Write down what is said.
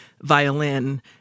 violin